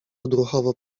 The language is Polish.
odruchowo